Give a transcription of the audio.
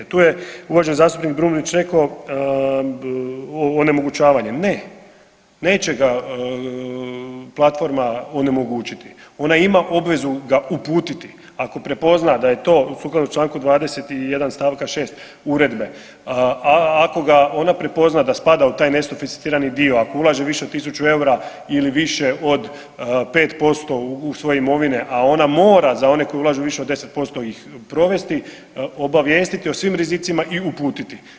Tu je uvaženi zastupnik Brumnić rekao onemogućavanje, ne, neće ga platforma onemogućiti, ona ima obvezu ga uputiti ako prepozna da je to sukladno čl. 21. st. 6. Uredbe ako ga ona prepozna da spada u taj ne sofisticirani dio, ako ulaže od tisuću eura ili više od 5% svoje imovine, a ona mora za one koji ulažu više od 10% provesti, obavijestiti o svim rizicima i uputiti.